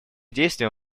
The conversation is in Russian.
действия